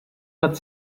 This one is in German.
hat